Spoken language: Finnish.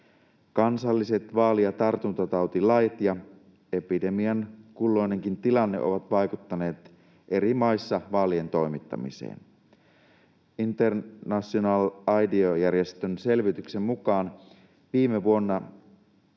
Kansalliset vaali- ja tartuntatautilait ja epidemian kulloinenkin tilanne ovat vaikuttaneet eri maissa vaalien toimittamiseen. International IDEA ‑järjestön selvityksen mukaan viime vuonna